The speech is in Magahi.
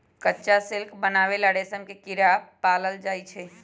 कच्चा सिल्क बनावे ला रेशम के कीड़ा पालल जाई छई